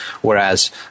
whereas